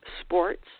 sports